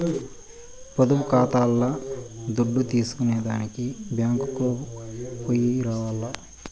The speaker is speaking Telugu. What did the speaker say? పొదుపు కాతాల్ల దుడ్డు తీసేదానికి బ్యేంకుకో పొయ్యి రావాల్ల